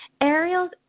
Ariel's